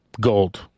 gold